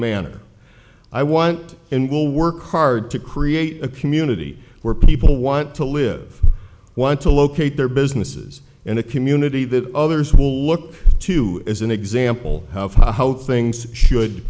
manner i want and will work hard to create a community where people want to live want to locate their businesses in a community that others will look to as an example of how things should